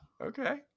Okay